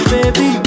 Baby